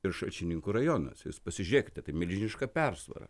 ir šalčininkų rajonuose jūs pasižiūrėkite tai milžiniška persvara